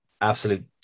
absolute